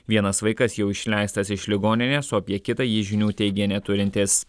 vienas vaikas jau išleistas iš ligoninės o apie kitą jis žinių teigė neturintis